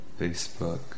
Facebook